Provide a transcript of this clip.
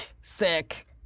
sick